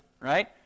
right